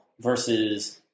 versus